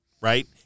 right